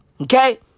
Okay